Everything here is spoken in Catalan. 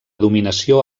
dominació